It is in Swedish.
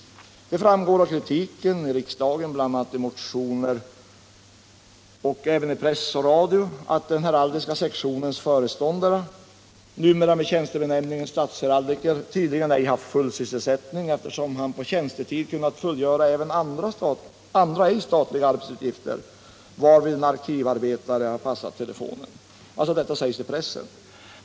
Det har framgått av kritiken i riksdagen, bl.a. i motioner, och även i press och radio, att den heraldiska sektionens föreståndare, numera med tjänstebenämningen statsheraldiker, tydligen ej haft full sysselsättning, eftersom han på tjänstetid kunnat fullgöra andra, ej statliga arbetsuppgifter, varvid en arkivarbetare har passat telefonen. Detta har sagts i pressen.